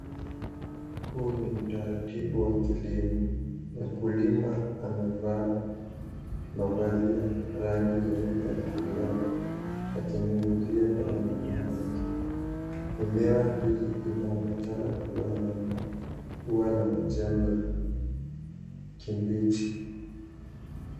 Huu ni utaratibu wa kilimo, mukulima amevaa mavazi ya rangi nyeupe na glavu, akinyunyizia dawa mimeabyake, mimea hii, inaonekana kuwa ya, maua na majani ya, kibichi.